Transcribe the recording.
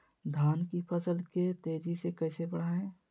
धान की फसल के तेजी से कैसे बढ़ाएं?